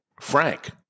Frank